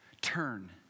turn